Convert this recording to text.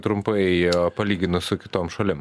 trumpai palyginus su kitom šalim